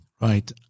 Right